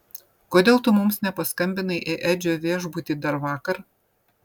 kodėl tu mums nepaskambinai į edžio viešbutį dar vakar